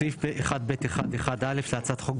בסעיף 1(ב1)(1)(א) להצעת החוק,